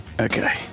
Okay